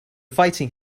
fighting